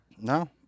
no